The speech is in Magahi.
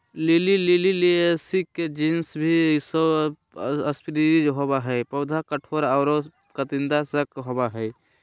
लिली लिलीयेसी के जीनस हई, सौ स्पिशीज होवअ हई, पौधा कठोर आरो कंदिया शाक होवअ हई